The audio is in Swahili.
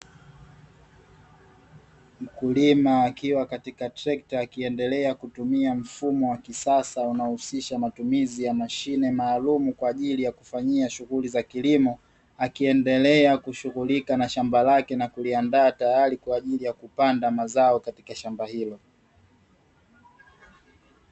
Mkulima akiwa katika trekta akiendelea kutumia mfumo wa kisasa unaohusisha matumizi ya mashine maalum kwa ajili ya kufanyia shughuli za kilimo akiendelea kushughulika na shamba lake na kuliandaa tayari kwa ajili ya kupanda mazao katika shamba hilo